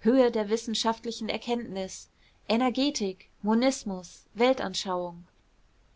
höhe der wissenschaftlichen erkenntnis energetik monismus weltanschauung